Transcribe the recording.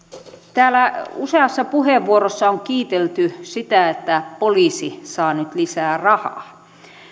täällä useassa puheenvuorossa on kiitelty sitä että poliisi saa nyt lisää rahaa saa